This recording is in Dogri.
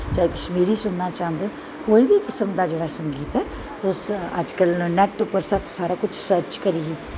चाहे कश्मीरी सुनन्ना चांह्दे ओ कोई बी किस्म दा जेह्ड़ा संगीत ऐ तुस अजकल्ल नैट्ट उप्पर सर्च सारा कुछ सर्च करियै